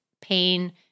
pain